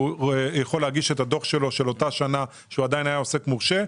הוא יכול להגיש את הדו"ח של אותה שנה שבה הוא עדיין היה עוסק מורשה,